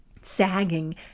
sagging